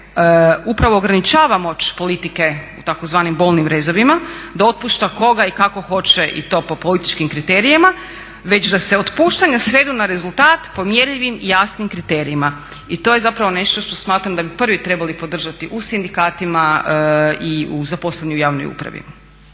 upravo ograničava moć politike u takozvanim bolnim rezovima da otpušta koga i kako hoće i to po političkim kriterijima, već da se otpuštanja svedu na rezultat po mjerljivim i jasnim kriterijima. I to je zapravo nešto što smatram da bi prvi trebali podržati u sindikatima i u zaposleni u javnoj upravi.